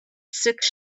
six